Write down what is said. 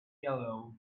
yellow